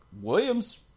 Williams